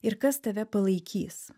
ir kas tave palaikys